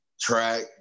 track